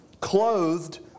clothed